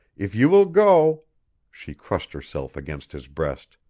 if you will go she crushed herself against his breast.